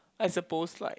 I suppose like